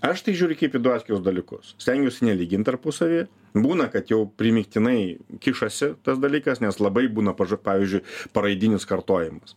aš tai žiūriu kai į du atskirus dalykus stengiuosi nelygint tarpusavyje būna kad jau primygtinai kišasi tas dalykas nes labai būna pavyzdžiui paraidinis kartojamas